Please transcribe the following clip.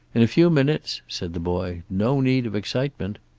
in a few minutes, said the boy. no need of excitement.